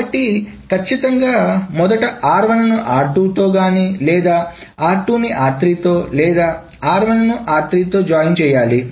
కాబట్టి ఖచ్చితంగా మొదట r1 ను r2 తో లేదా r2 ను r3 తో లేదా r1 ను r3 తో జాయిన్ చేయాలి